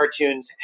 cartoons